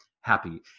happy